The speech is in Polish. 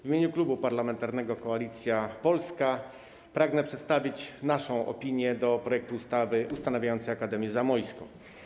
W imieniu Klubu Parlamentarnego Koalicja Polska pragnę przedstawić naszą opinię odnośnie do projektu ustawy ustanawiającej Akademię Zamojską.